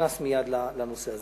נכנס מייד לנושא הזה.